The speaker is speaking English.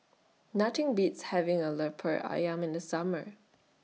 Nothing Beats having A Lemper Ayam in The Summer